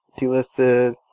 delisted